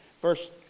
first